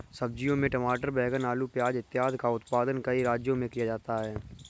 सब्जियों में टमाटर, बैंगन, आलू, प्याज इत्यादि का उत्पादन कई राज्यों में किया जाता है